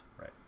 Right